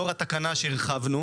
לאור התקנה שהרחבנו